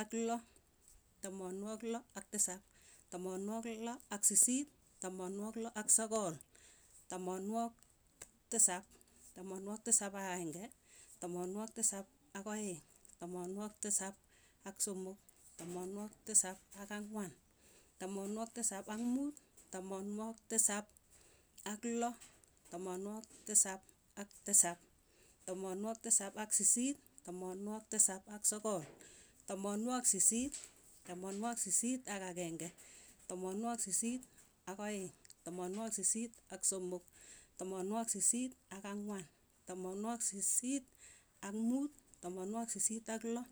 Ak lo, tamanwogik loo ak tisap, tamanwogik loo ak sisiit, tamanwogik loo ak sogol, tamanwogik tisap, tamanwogik tisap ak akeng'e, tamanwogik tisap ak aeng', tamanwogik tisap ak somok. tamanwogik tisap ak ang'wan, tamanwogik tisap ak muut, tamanwogik tisap ak loo, tamanwogik tisap ak tisap, tamanwogik tisap ak sisiit, tamanwogik tisap ak sogol, tamanwogik sisiit, tamanwogik sisiit ak akeng'e, tamanwogik sisiit ak aeng', tamanwogik sisiit ak somok, tamanwogik sisiit ak ang'wan, tamanwogik sisiit ak muut, tamanwogik sisiit ak loo,